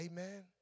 Amen